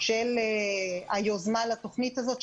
של היוזמה לתוכנית הזאת,